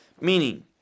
meaning